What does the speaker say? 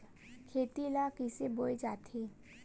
खेती ला कइसे बोय जाथे?